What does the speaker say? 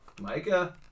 Micah